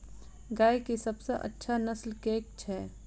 गाय केँ सबसँ अच्छा नस्ल केँ छैय?